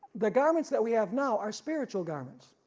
the garments that we have now are spiritual garments,